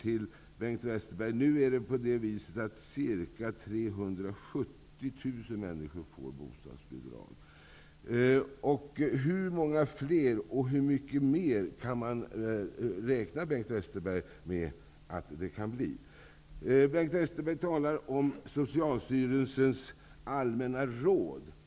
Westerberg. Ca 370 000 människor får i dag bostadsbidrag. Hur många fler, och hur mycket mer, räknar Bengt Westerberg med att det kan bli? Bengt Westerberg talar om Socialstyrelsens allmänna råd.